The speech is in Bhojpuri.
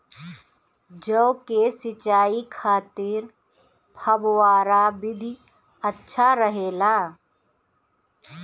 जौ के सिंचाई खातिर फव्वारा विधि अच्छा रहेला?